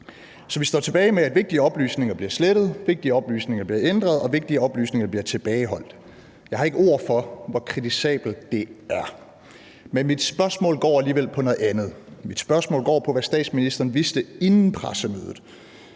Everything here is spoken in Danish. Så vi står tilbage med, at vigtige oplysninger bliver slettet, at vigtige oplysninger bliver ændret, og at vigtige oplysninger bliver tilbageholdt. Jeg har ikke ord for, hvor kritisabelt det er. Men mit spørgsmål går alligevel på noget andet. Mit spørgsmål går på, hvad statsministeren vidste inden pressemødet,